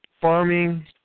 farming